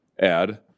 add